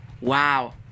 wow